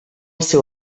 seu